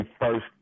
first